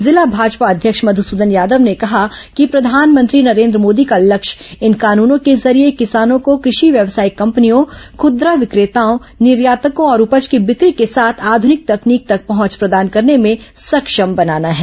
जिला भाजपा अध्यक्ष मधसदन यादव ने कहा कि प्रधानमंत्री नरेन्द्र मोदी का लक्ष्य इन कानूनों के जरिये किसानों को कृषि व्यवसाय कंपनियों खुदरा विक्रेताओं निर्यातकों और उपज की बिक्री के साथ आधुनिक तकनीक तक पहुंच प्रदान करने में सक्षम बनाना है